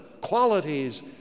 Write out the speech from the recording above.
qualities